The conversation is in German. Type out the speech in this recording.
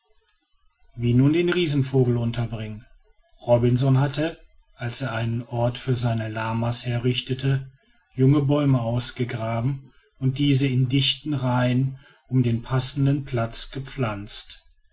wie nun den riesenvogel unterbringen robinson hatte als er einen ort für seine lama's herrichtete junge bäume ausgegraben und diese in dichten reihen um den passenden platz gepflanzt